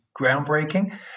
groundbreaking